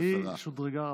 היא שודרגה רבות.